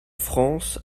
france